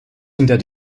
hinter